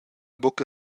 buca